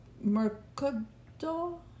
Mercado